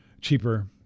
cheaper